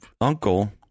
uncle